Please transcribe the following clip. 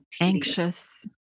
anxious